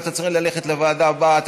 אתה צריך ללכת לוועדה הבאה,